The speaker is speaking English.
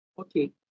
Okay